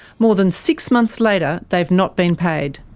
more than six months later, they have not been paid.